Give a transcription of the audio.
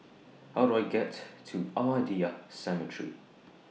How Do I get to Ahmadiyya Cemetery